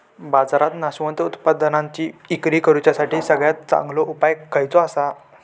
बाजारात नाशवंत उत्पादनांची इक्री करुच्यासाठी सगळ्यात चांगलो उपाय खयचो आसा?